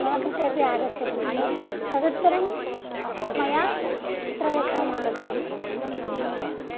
मम कृते अपि आगच्छति इति तदुत्तरं मया चित्रलेखनम् आरब्धं